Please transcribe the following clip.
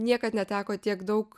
niekad neteko tiek daug